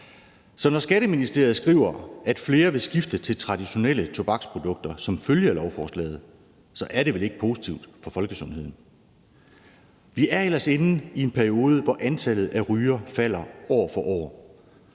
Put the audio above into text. Så når Skatteministeriet skriver, at flere vil skifte til traditionelle tobaksprodukter som følge af lovforslaget, er det vel ikke positivt for folkesundheden. Vi er ellers inde i en periode, hvor antallet af rygere falder år for år,